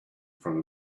front